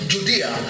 Judea